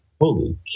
Holy